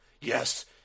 Yes